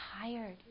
tired